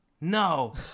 no